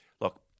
Look